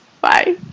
Bye